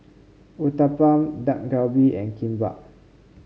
Uthapam Dak Galbi and Kimbap